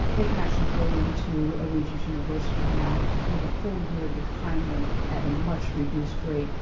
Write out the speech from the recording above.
they can actually go into a regents university now with a full year behind them at a much reduced rate.